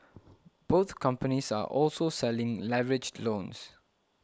both companies are also selling leveraged loans